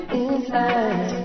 inside